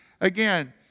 again